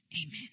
Amen